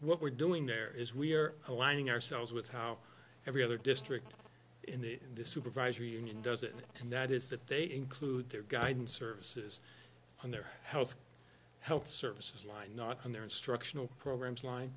what we're doing there is we're aligning ourselves with how every other district in the supervisory union does it and that is that they include their guidance services on their health health services line not on their instructional programs line